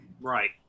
Right